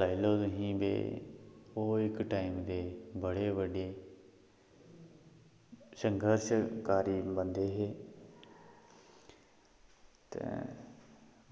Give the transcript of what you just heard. लाई लैओ तुसीं ते ओह् इक टाइम दे बड़े बड्डे संघर्शकारी बंदे हे ते